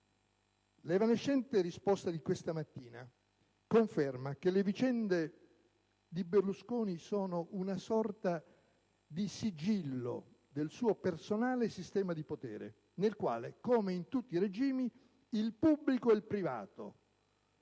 L'evanescente risposta del ministro Frattini conferma che le vicende di Berlusconi sono una sorta di sigillo del suo personale sistema di potere, nel quale, come in tutti i regimi, il pubblico e il privato,